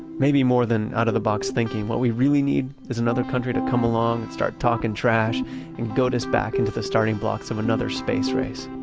maybe more than out-of-the-box thinking, what we really need is another country to come along and start talking trash and goad us back into starting blocks of another space race.